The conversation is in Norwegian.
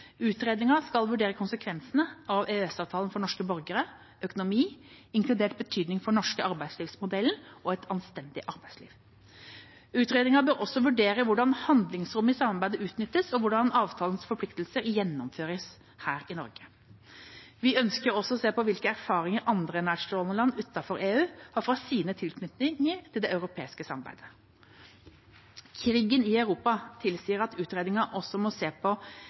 skal vurdere konsekvensene av EØS-avtalen for norske borgere, økonomi – inkludert betydning for den norske arbeidslivsmodellen – og et anstendig arbeidsliv. Utredningen bør også vurdere hvordan handlingsrommet i samarbeidet utnyttes, og hvordan avtalens forpliktelser gjennomføres her i Norge. Vi ønsker også å se på hvilke erfaringer andre nærstående land utenfor EU har fra sin tilknytning til det europeiske samarbeidet. Krigen i Europa tilsier at utredningen også må se på